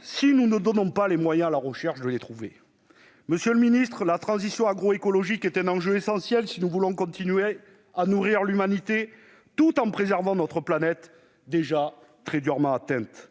si nous ne donnons pas les moyens à la recherche de les trouver ? Monsieur le ministre, la transition agroécologique est un enjeu essentiel si nous voulons continuer à nourrir l'humanité, tout en préservant notre planète déjà très durement atteinte.